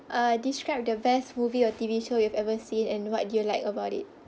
uh describe the best movie or T_V show you've ever seen and what do you like about it